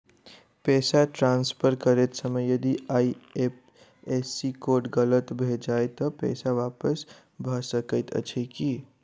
पैसा ट्रान्सफर करैत समय यदि आई.एफ.एस.सी कोड गलत भऽ जाय तऽ पैसा वापस भऽ सकैत अछि की?